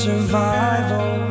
Survival